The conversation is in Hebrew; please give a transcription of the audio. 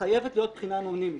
חייבת להיות בחינה אנונימית.